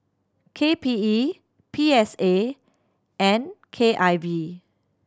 K P E P S A and K I V